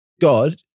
God